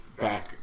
back